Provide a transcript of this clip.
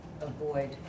avoid